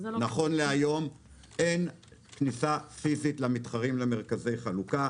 נכון להיום אין כניסה פיזית למתחרים למרכזי חלוקה.